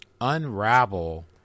unravel